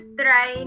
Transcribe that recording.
try